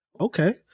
Okay